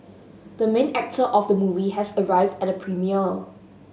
the main actor of the movie has arrived at the premiere